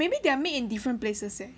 maybe they are made in different places eh